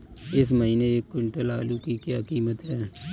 इस महीने एक क्विंटल आलू की क्या कीमत है?